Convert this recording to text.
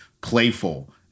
playful